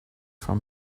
from